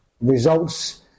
results